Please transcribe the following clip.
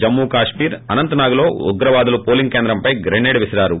జమ్మూ కాశ్మీర్ అసంతనాగ్ లో ఉగ్రవాదులు పోలింగ్ కేంద్రంపై గ్రేనైట్ విసిరారు